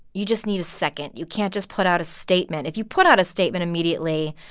you just need a second. you can't just put out a statement. if you put out a statement immediately,